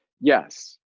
Yes